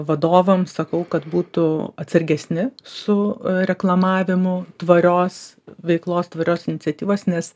vadovams sakau kad būtų atsargesni su reklamavimu tvarios veiklos tvarios iniciatyvos nes